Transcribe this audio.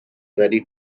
ready